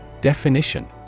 Definition